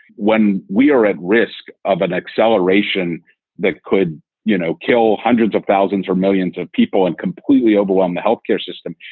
when we are at risk of an acceleration that could you know kill hundreds of thousands or millions of people and completely overwhelm the health care system.